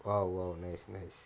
!wow! !wow! nice nice